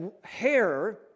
hair